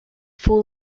full